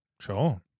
Sure